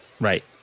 Right